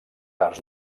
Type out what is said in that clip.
arts